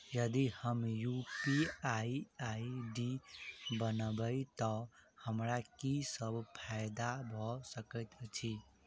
यदि हम UPI ID बनाबै तऽ हमरा की सब फायदा भऽ सकैत अछि?